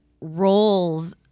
roles